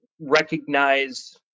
recognize